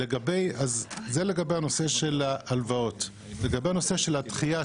לגבי הנושא של הדחייה,